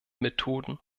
methoden